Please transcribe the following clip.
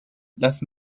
las